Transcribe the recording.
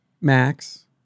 Max